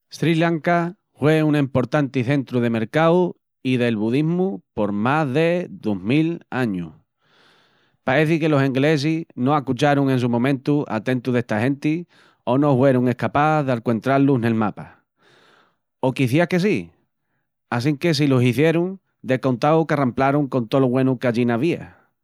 Sri Lanka hue un emportanti centru de mercau i del budismu pol más de 2000 añus. Paeci que los englesis no ascucharun en su momentu a tentu d'esta genti o no huerun escapás d'alcuentra-lus nel mapa, o quicías que si, assinque si lo hizierun de contau qu'arramplarun con tolo güenu qu'allina avía.